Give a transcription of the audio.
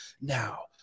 Now